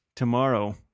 Tomorrow